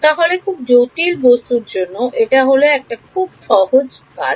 তাহলে খুব জটিল বস্তুর জন্য এটা হল একটা খুব বড় কাজ